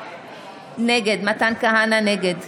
נגד עופר כסיף, נגד